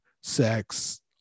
sex